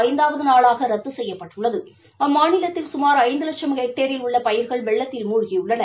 ஐந்தாவது நாளாக ரத்து அம்மாநிலத்தில் சுமார் ஐந்து லட்சும் ஹெக்டேரில் உள்ள பயிர்கள் வெள்ளத்தில் மூழ்கியுள்ளன